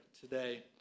today